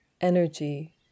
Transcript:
energy